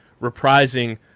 reprising